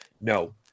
no